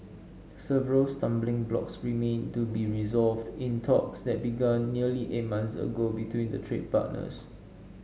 several stumbling blocks remain to be resolved in talks that began nearly eight months ago between the trade partners